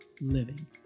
living